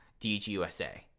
DGUSA